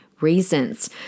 reasons